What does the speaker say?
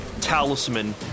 talisman